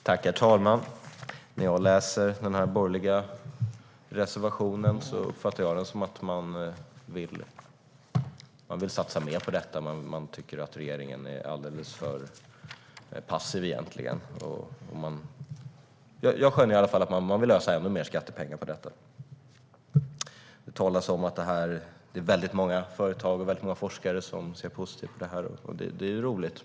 Herr talman! När jag läser den borgerliga reservationen uppfattar jag den som att man vill satsa mer på detta och tycker regeringen är alldeles för passiv. Jag skönjer i alla fall att man vill ösa ännu mer skattepengar på detta. Det talas om att det är många företag och många forskare som ser positivt på detta. Det är ju roligt.